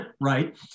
right